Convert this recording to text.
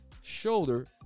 shoulder